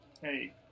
Hey